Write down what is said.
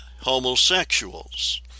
homosexuals